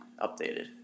updated